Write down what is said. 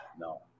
No